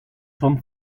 son